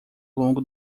longo